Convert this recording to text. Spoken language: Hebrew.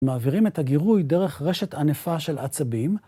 מעבירים את הגירוי דרך רשת ענפה של עצבים.